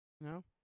No